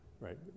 right